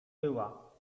była